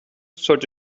sollte